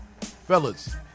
fellas